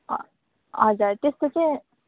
ह हजुर त्यसको चाहिँ